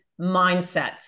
mindsets